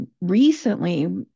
recently